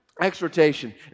exhortation